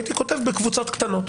הייתי כותב: בקבוצות קטנות.